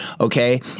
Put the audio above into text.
okay